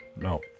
No